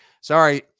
Sorry